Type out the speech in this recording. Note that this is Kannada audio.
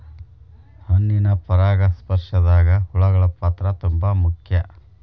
ಹಣ್ಣಿನ ಪರಾಗಸ್ಪರ್ಶದಾಗ ಹುಳಗಳ ಪಾತ್ರ ತುಂಬಾ ಮುಖ್ಯ